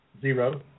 Zero